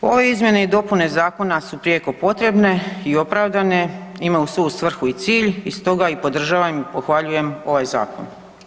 Ove izmjene i dopune zakona su prijeko potrebne i opravdane, imaju svoju svrhu i cilj i stoga podržavam i pohvaljujem ovaj zakon.